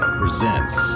presents